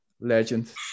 Legend